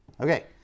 Okay